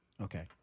Okay